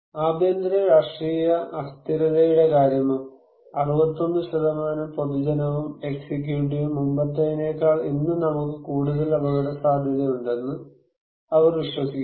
ആഭ്യന്തര രാഷ്ട്രീയ അസ്ഥിരതയുടെ കാര്യമോ 61 പൊതുജനവും എക്സിക്യൂട്ടീവും മുമ്പത്തേതിനേക്കാൾ ഇന്ന് നമുക്ക് കൂടുതൽ അപകടസാധ്യതയുണ്ടെന്ന് അവർ വിശ്വസിക്കുന്നു